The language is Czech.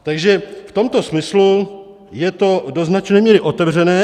Takže v tomto smyslu je to do značné míry otevřené .